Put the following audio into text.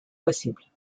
possibles